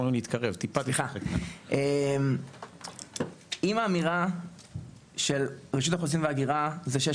אם האמירה של רשות האוכלוסין וההגירה זה שיש